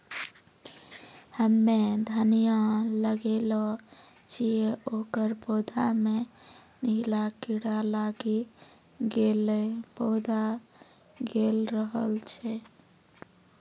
हम्मे धनिया लगैलो छियै ओकर पौधा मे नीला कीड़ा लागी गैलै पौधा गैलरहल छै?